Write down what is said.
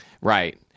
Right